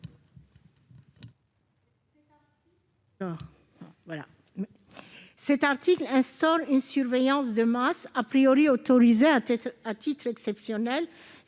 Cet article instaure une surveillance de masse, autorisée à titre exceptionnel,